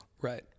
Right